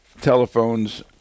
telephones